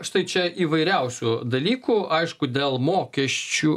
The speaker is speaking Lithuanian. štai čia įvairiausių dalykų aišku dėl mokesčių